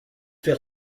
fer